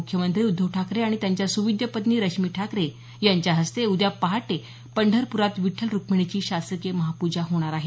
मुख्यमंत्री उद्धव ठाकरे आणि त्यांच्या सुविद्य पत्नी रश्मी ठाकरे यांच्याहस्ते उद्या पहाटे पंढरप्रात विठ्ठल रुक्मिणीची शासकीय महापूजा होणार आहे